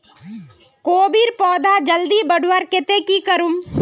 कोबीर पौधा जल्दी बढ़वार केते की करूम?